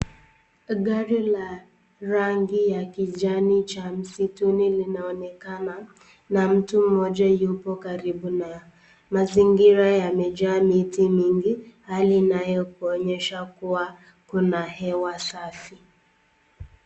Gari la rangi ya kijani cha msituni linaonekana, na mtu moja yupo karibu na mazingira yamejaa miti mingi, hali inayokuonyesha kuna hewa safi.